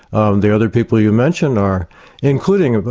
and the other people you mention are including, ah but